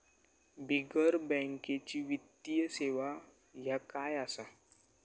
बिगर बँकेची वित्तीय सेवा ह्या काय असा?